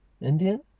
Indian